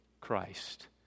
Christ